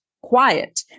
quiet